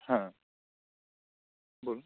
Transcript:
হ্যাঁ বলুন